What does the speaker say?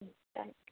thank yeah